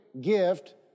gift